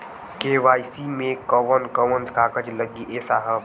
KYC मे कवन कवन कागज लगी ए साहब?